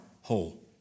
whole